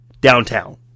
downtown